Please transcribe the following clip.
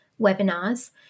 webinars